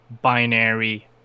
binary